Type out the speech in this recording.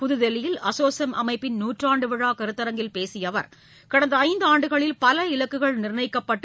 புதுதில்லியில் அசோசெம் அமைப்பின் நூற்றாண்டு விழா கருத்தரங்கில் பேசிய அவா் கடந்த ஐந்தாண்டுகளில் பல இலக்குகள் நீர்ணயிக்கப்பட்டு